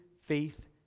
faith